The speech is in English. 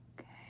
Okay